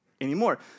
anymore